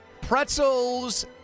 Pretzels